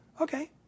Okay